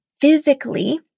physically